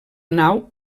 nau